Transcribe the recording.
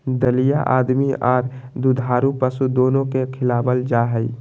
दलिया आदमी आर दुधारू पशु दोनो के खिलावल जा हई,